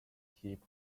keep